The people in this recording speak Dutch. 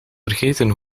vergeten